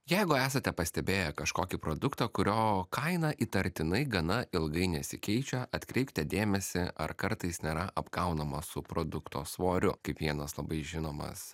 jeigu esate pastebėję kažkokį produktą kurio kaina įtartinai gana ilgai nesikeičia atkreipkite dėmesį ar kartais nėra apgaunama su produkto svoriu kaip vienas labai žinomas